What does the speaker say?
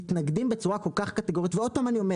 מתנגדים בצורה כל כך קטגורית ועוד פעם אני אומר